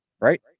right